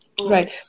Right